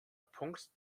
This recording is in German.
punkt